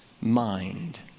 mind